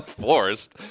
Forced